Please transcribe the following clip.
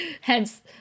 Hence